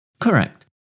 Correct